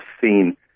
seen